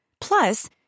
Plus